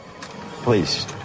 please